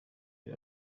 iri